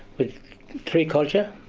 with three cultures,